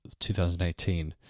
2018